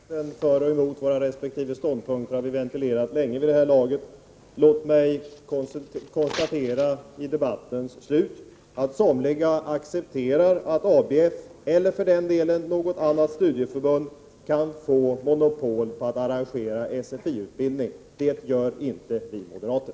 Herr talman! Argumenten för och emot våra resp. ståndpunkter har vi ventilerat länge vid det här laget. Låt mig vid debattens slut konstatera att somliga accepterar att ABF eller för den delen något annat studieförbund — kan få monopol på att arrangera SFI-utbildning. Det gör inte vi moderater.